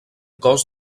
cos